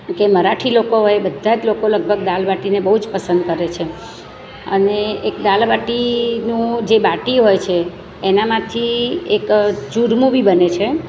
કે મરાઠી લોકો હોય બધા જ લોકો લગભગ દાલબાટીને બહુ જ પસંદ કરે છે અને એક દાલબાટીનું જે બાટી હોય છે એનામાંથી એક ચૂરમો બી બને છે